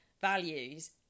values